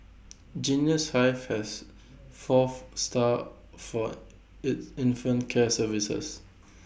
Genius hive has four of staff for its infant care services